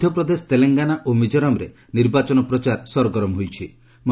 ମଧ୍ୟପ୍ରଦେଶ ତେଲଙ୍ଗାନା ଓ ମିଜୋରାମ୍ରେ ନିର୍ବାଚନ ପ୍ରଚାର ସରଗରମ ହୋଇଚି